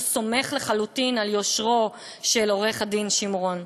שהוא סומך לחלוטין על יושרו של עו"ד שמרון?